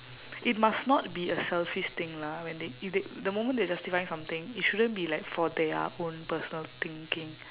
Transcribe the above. it must not be a selfish thing lah when they if they the moment they are justifying something it shouldn't be like for their own personal thinking